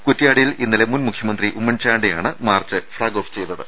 കുറ്റ്യാടിയിൽ ഇന്നലെ മുൻ മുഖ്യ മന്ത്രി ഉമ്മൻചാണ്ടിയാണ് മാർച്ച് ഫ്ളാഗ് ഓഫ് ചെയ്ത ത്